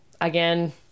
again